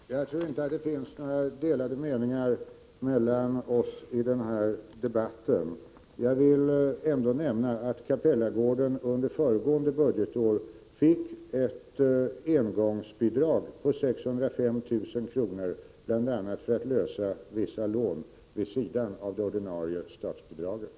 Herr talman! Jag tror inte att det finns några delade meningar mellan oss i den här debatten. Jag vill ändå nämna att Capellagården under föregående budgetår fick ett engångsbidrag på 605 000 kr. vid sidan av det ordinarie statsbidraget, bl.a. för att lösa vissa lån.